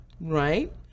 Right